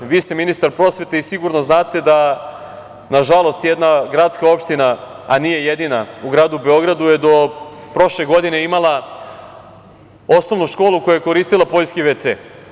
Vi ste ministar prosvete i sigurno znate da, nažalost, jedna gradska opština, a nije jedina, u gradu Beogradu je do prošle godine imala osnovnu školu koja je koristila poljski WC.